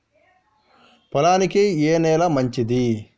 పొలానికి ఏ నేల మంచిది?